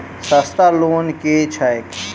सस्ता लोन केँ छैक